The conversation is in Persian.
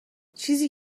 چیزی